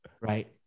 right